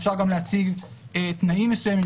אפשר גם להציב תנאים מסוימים,